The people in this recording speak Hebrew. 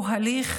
הוא הליך